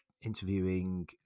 interviewing